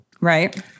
Right